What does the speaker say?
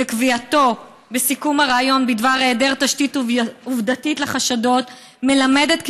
וקביעתו בסיכום הריאיון בדבר היעדר תשתית ראייתית לחשדות מלמדת כי